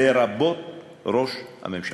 לרבות ראש הממשלה.